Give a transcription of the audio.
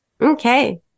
Okay